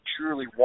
truly